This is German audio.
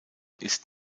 ist